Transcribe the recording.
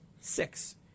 six